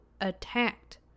attacked